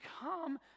come